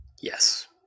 Yes